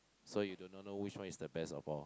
so you do not know which one is the best of all